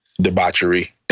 debauchery